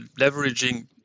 leveraging